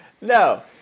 No